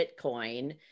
Bitcoin